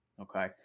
okay